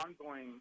ongoing